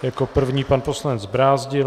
Jako první pan poslanec Brázdil.